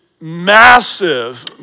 massive